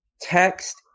text